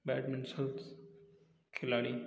badminton खिलाड़ी